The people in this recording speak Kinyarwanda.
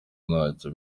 ntacyo